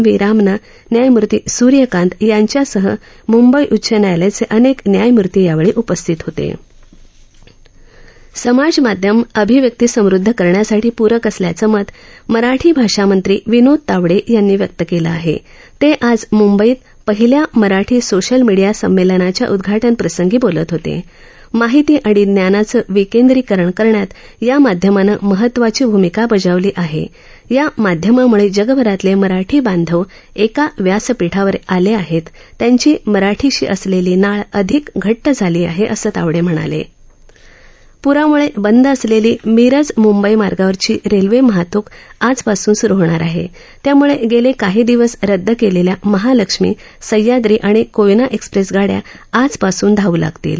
V Ramana न्यायमुर्ती सूर्यकांत यांच्यासह मुंबई उच्च न्यायालयाच अनक्क न्यायमूर्ती यावछी उ स्थित होत समाजमाध्यमं अभिव्यक्ती समृद्ध करण्यासाठी रक असल्याचं मत मराठी भाषामंत्री विनोद तावड यांनी व्यक्त कालं आह त आज मूंबईत हिल्या मराठी सोशल मिडिया संमक्षनाच्या उदघाटनप्रसंगी बोलत होत माहिती आणि ज्ञानाचं विकेंद्रकरण करण्यात या माध्यमानं महत्वाची भूमिका बजावली आहप़ या माध्यमामुळ जगभरातल मराठी बांधव एका व्यासपीठावर आल आहप़ त्यांची मराठीशी असलक्षी नाळ अधिक घट्ट झाली आह असं तावड म्हणाल ्रामुळ बंद असलब्नी मिरज मुंबई मार्गावरची राष्ट्रव वाहतूक आज ासून सूरू होणार आह त्यामुळ गझ काही दिवस रद्द कालक्ष्या महालक्ष्मी सहयाद्री आणि कोयना एक्सप्रक्ष गाड्या आज ासून धावू लागतील